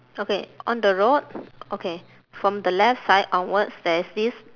okay on the road okay from the left side onwards there is this